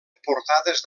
portades